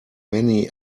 many